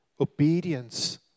obedience